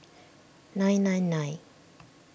nine nine nine